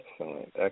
Excellent